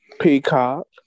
Peacock